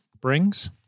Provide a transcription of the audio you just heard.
brings